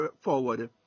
forward